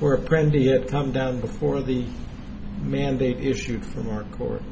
for a friend yet come down before the mandate issue for court